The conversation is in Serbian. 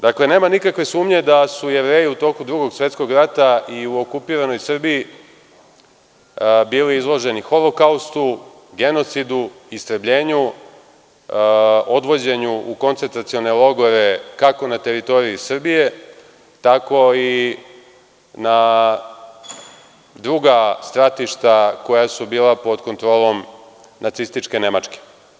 Dakle, nema nikakve sumnje da su Jevreji u toku Drugog svetskog rata i u okupiranoj Srbiji bili izloženi holokaustu, genocidu, istrebljenju, odvođenju u koncentracione logore, kako na teritoriji Srbije, tako i na druga stratišta koja su bila pod kontrolom nacističke Nemačke.